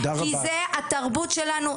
כי זה התרבות שלנו,